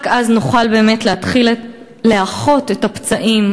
רק אז נוכל באמת להתחיל לאחות את הפצעים,